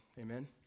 Amen